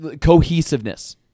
cohesiveness